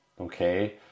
okay